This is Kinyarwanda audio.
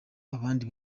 abandi